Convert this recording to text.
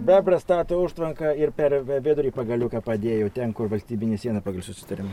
bebras stato užtvanką ir per vidurį pagaliuką padėjo ten kur valstybinė siena pagal susitarimą